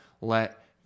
let